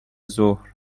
ظهر